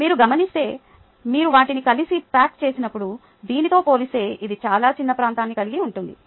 మీరు గమనిస్తే మీరు వాటిని కలిసి ప్యాక్ చేసినప్పుడు దీనితో పోలిస్తే ఇది చాలా చిన్న ప్రాంతాన్ని కలిగి ఉంటుంది